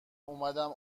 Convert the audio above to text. اومدم